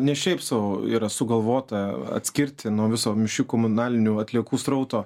ne šiaip sau yra sugalvota atskirti nuo viso mišrių komunalinių atliekų srauto